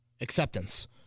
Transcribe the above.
acceptance